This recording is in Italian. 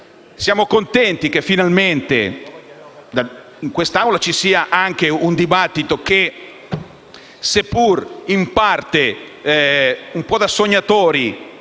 siamo contenti che finalmente in quest'Assemblea ci sia un dibattito che, seppur in parte un po' da sognatori,